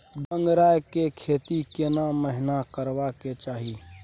गंगराय के खेती केना महिना करबा के चाही?